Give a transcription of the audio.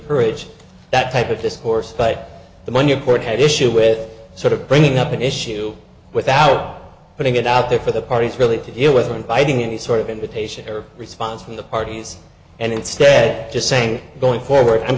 courage that type of discourse but the one your court had issue with sort of bringing up an issue without putting it out there for the parties really to deal with inviting any sort of invitation or response from the parties and instead just saying going forward i'm